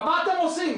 מה אתם עושים?